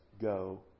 go